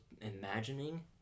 imagining